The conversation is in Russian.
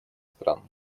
стран